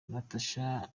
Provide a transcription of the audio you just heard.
natacha